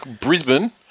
Brisbane